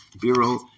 Bureau